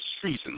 treason